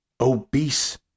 obese